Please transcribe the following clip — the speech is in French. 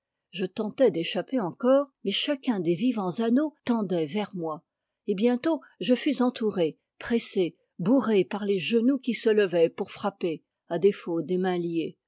je tentai d'échapper encore mais chacun des vivants anneaux tendait vers moi et bientôt je fus entouré pressé bourré par les genoux qui se levaient pour frapper à défaut des mains liées